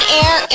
air